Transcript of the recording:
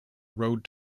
road